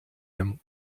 him